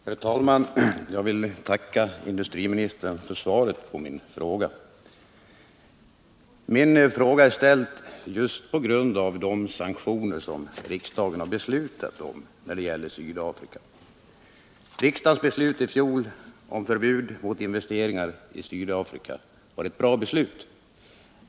Herr talman! Jag vill tacka industriministern för svaret på min fråga. Frågan ställdes just på grund av de sanktioner som riksdagen beslutat om när det gäller Sydafrika. Riksdagens beslut i fjol om förbud mot investeringar i Sydafrika var ett bra beslut.